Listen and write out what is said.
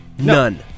None